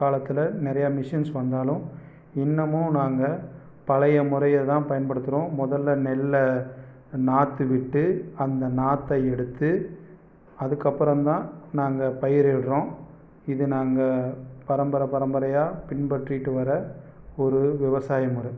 காலத்தில் நிறைய மிஷின்ஸ் வந்தாலும் இன்னமும் நாங்கள் பழைய முறைய தான் பயன் படுத்துறோம் முதல்ல நெல்லை நாற்று விட்டு அந்த நாற்றை எடுத்து அதுக்கப்றந்தான் நாங்கள் பயிரிடுறோம் இது நாங்கள் பரம்பரை பரம்பரையாக பின்பற்றிகிட்டு வர ஒரு விவசாய முறை